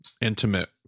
intimate